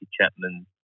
Chapman